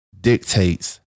dictates